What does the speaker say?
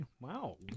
Wow